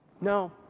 No